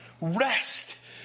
rest